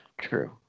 True